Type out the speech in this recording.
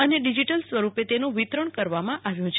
અને ડીજીટલ સ્વરૂપે તેનું વિતરણ કરવામાં આવ્યું છે